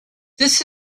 this